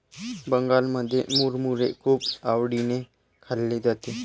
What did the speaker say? बंगालमध्ये मुरमुरे खूप आवडीने खाल्ले जाते